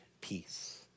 peace